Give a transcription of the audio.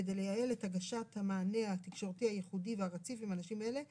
כדי לייעל את הגשת המענה התקשורתי הייחודי והרציף עם אנשים אלה וביניהם,